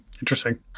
Interesting